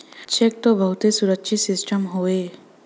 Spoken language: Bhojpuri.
चेक त बहुते सुरक्षित सिस्टम हउए